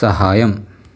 സഹായം